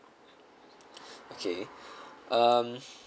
okay um